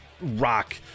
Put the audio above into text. rock